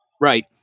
right